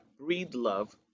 Breedlove